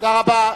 תודה רבה.